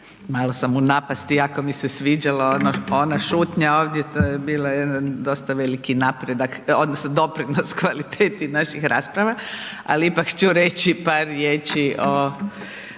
Malo sam u napasti, jako mi se sviđala ona šutnja ovdje, to je bio jedan dosta veliki napredak, odnosno doprinos kvaliteti naših rasprava ali ipak ću reći par riječi o